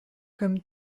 comme